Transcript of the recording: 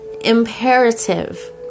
imperative